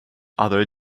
other